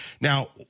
Now